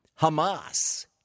Hamas